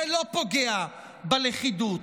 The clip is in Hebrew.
זה לא פוגע בלכידות,